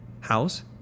house